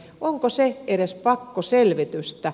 onko se edes pakkoselvitystä